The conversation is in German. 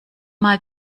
mal